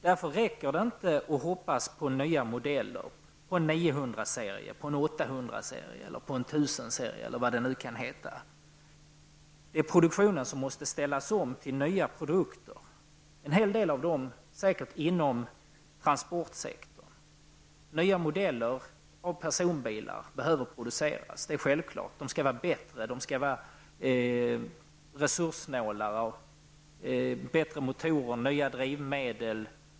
Därför räcker det inte med att hoppas på nya modeller -- på en 900 serie, en 800-serie, på en 1000-serie eller vad det nu kan vara. Det är produktionen som måste ställas om till nya produkter, till stor del säkerligen för transportsektorn. Nya modeller av personbilar behöver produceras. Vi behöver få resurssnålare bilar, bättre motorer, och nya drivmedel.